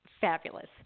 fabulous